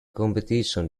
competition